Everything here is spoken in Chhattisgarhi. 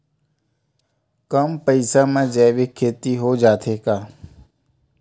कम पईसा मा जैविक खेती हो जाथे का?